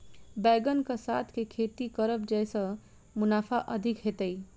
बैंगन कऽ साथ केँ खेती करब जयसँ मुनाफा अधिक हेतइ?